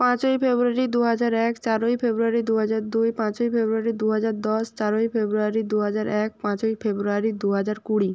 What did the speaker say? পাঁচই ফেব্রুয়ারি দু হাজার এক চারই ফেব্রুয়ারি দু হাজার দুই পাঁচই ফেব্রুয়ারি দু হাজার দশ চারই ফেব্রুয়ারি দু হাজার এক পাঁচই ফেব্রুয়ারি দু হাজার কুড়ি